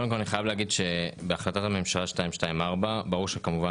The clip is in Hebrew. אני חייב להגיד שהחלטת הממשלה 224 - ברור שכמובן